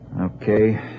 Okay